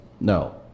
No